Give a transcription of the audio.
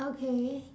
okay